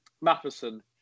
Matheson